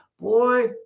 Boy